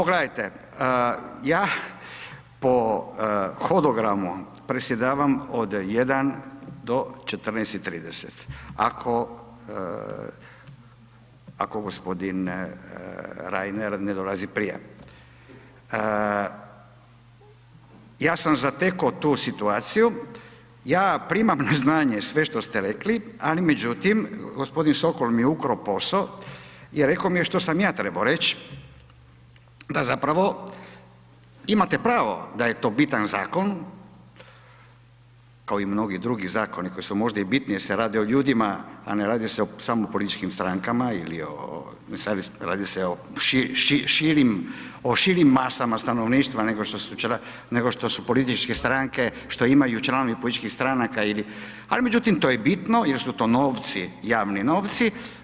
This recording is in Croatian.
Pogledajte ja po hodogramu predsjedavam od 1 do 14,30 ako gospodin Reiner ne dolazi prije, ja sam zateko tu situaciju, ja primam na znanje sve što ste rekli, ali međutim gospodin Sokol mi je ukro poso i reko mi je što sam ja trebo reć, da zapravo imate pravo da je to bitan zakon, kao i mnogi drugi zakoni koji su možda i bitniji jer se radi o ljudi, a ne radi se samo o političkim strankama ili o, radi se o širim, širim, o širim masama stanovništva nego što su političke stranke što imaju članovi političkih stranaka ili, ali međutim to je bitno jer su to novci, javni novci.